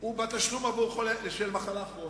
הוא בתשלום של מחלה כרונית.